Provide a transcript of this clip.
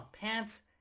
Pants